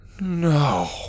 No